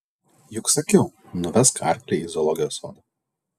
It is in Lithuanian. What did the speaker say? juk sakiau nuvesk arklį į zoologijos sodą